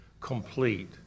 complete